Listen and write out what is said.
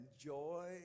joy